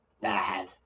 Bad